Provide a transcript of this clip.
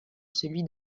celui